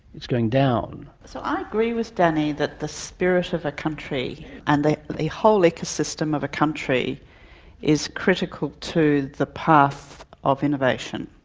it's going down. so i agree with danny that the spirit of a country and the whole ecosystem of a country is critical to the path of innovation.